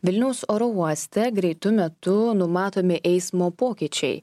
vilniaus oro uoste greitu metu numatomi eismo pokyčiai